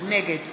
נגד